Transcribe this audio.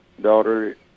Daughter